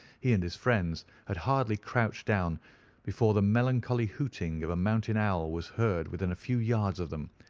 he and his friends had hardly crouched down before the melancholy hooting of a mountain owl was heard within a few yards of them,